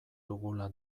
dugula